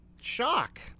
shock